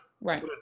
right